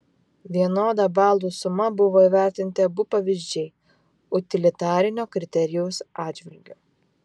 vienoda balų suma buvo įvertinti abu pavyzdžiai utilitarinio kriterijaus atžvilgiu